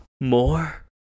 More